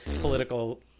political